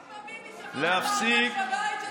עוד פעם ביבי שכח את הארנק בבית,